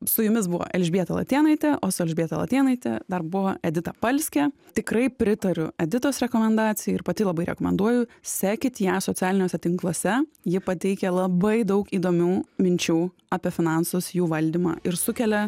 su jumis buvo elžbieta latėnaitė o su elžbieta latėnaite dar buvo edita palskė tikrai pritariu editos rekomendacijai ir pati labai rekomenduoju sekit ją socialiniuose tinkluose ji pateikia labai daug įdomių minčių apie finansus jų valdymą ir sukelia